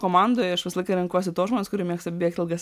komandoj aš visą laiką renkuosi tuos žmones kurie mėgsta bėgti ilgas